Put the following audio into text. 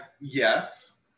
yes